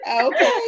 Okay